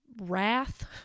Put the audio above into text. wrath